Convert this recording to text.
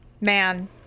man